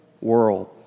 world